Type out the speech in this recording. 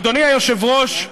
אדוני היושב-ראש,